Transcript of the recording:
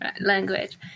language